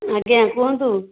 ଆଜ୍ଞା କୁହନ୍ତୁ